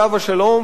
עליו השלום,